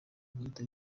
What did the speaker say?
guhita